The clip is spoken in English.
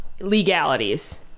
legalities